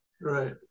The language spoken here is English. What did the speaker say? Right